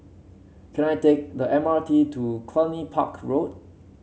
can I take the M R T to Cluny Park Road